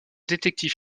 détective